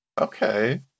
okay